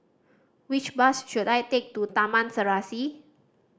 which bus should I take to Taman Serasi